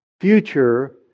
future